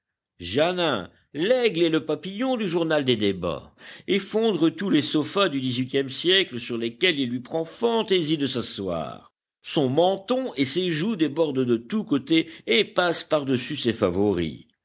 janin l'aigle et le papillon du journal des débats effondre tous les sophas du dix-huitième siècle sur lesquels il lui prend fantaisie de s'asseoir son menton et ses joues débordent de tous côtés et passent par-dessus ses favoris